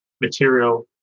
material